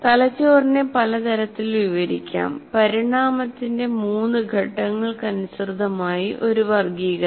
തലച്ചോറിനെ പല തരത്തിൽ വിവരിക്കാം പരിണാമത്തിന്റെ മൂന്ന് ഘട്ടങ്ങൾക്കനുസൃതമായി ഒരു വർഗ്ഗീകരണം